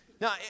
Now